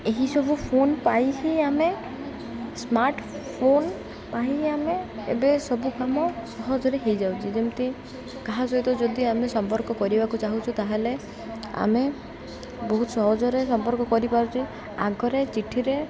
ଏହିସବୁ ଫୋନ୍ ପାଇଁ ହିଁ ଆମେ ସ୍ମାର୍ଟ୍ ଫୋନ୍ ପାଇଁ ଆମେ ଏବେ ସବୁ କାମ ସହଜରେ ହେଇଯାଉଛି ଯେମିତି କାହା ସହିତ ଯଦି ଆମେ ସମ୍ପର୍କ କରିବାକୁ ଚାହୁଁଛୁ ତା'ହେଲେ ଆମେ ବହୁତ ସହଜରେ ସମ୍ପର୍କ କରିପାରୁଛେ ଆଗରେ ଚିଠିରେ